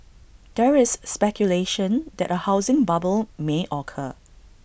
there is speculation that A housing bubble may occur